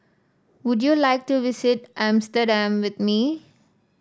would you like to visit Amsterdam with me